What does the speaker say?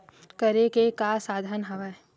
करे के का का साधन हवय?